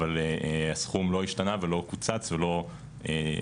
אבל הסכום לא השתנה ולא קוצץ ולא נסגר,